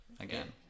again